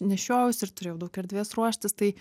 nešiojausi ir turėjau daug erdvės ruoštis tai